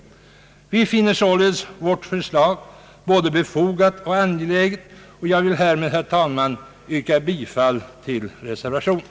Vi finner således vårt förslag både befogat och angeläget, och jag vill härmed, herr talman, yrka bifall till reservationen.